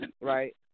right